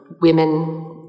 women